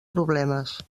problemes